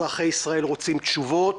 אזרחי ישראל רוצים תשובות.